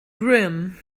grim